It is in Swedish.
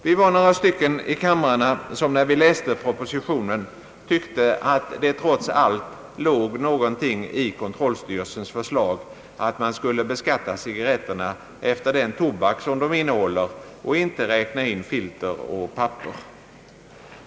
Vi var några ledamöter i kamrarna som — när vi läste propositionen — tyckte att det trots allt låg någonting i kontrollstyrelsens förslag att man skulle beskatta cigarretterna efter den mängd tobak som de innehåller och inte räkna in filter och papper.